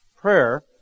prayer